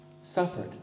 Suffered